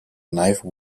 knife